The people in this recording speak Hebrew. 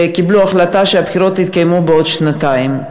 קיבלו החלטה שהבחירות יתקיימו בעוד שנתיים.